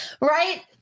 right